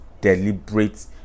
deliberate